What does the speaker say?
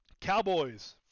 Cowboys